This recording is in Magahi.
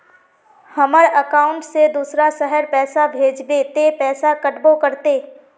हमर अकाउंट से दूसरा शहर पैसा भेजबे ते पैसा कटबो करते?